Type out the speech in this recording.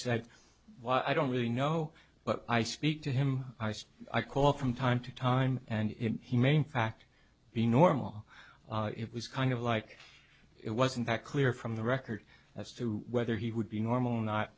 said why i don't really know but i speak to him i call from time to time and he may in fact be normal it was kind of like it wasn't that clear from the record as to whether he would be normal not